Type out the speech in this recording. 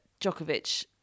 Djokovic